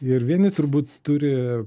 ir vieni turbūt turi